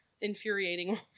infuriating